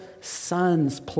sons